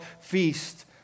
feast